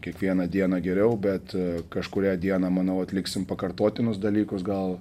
kiekvieną dieną geriau bet kažkurią dieną manau atliksim pakartotinus dalykus gal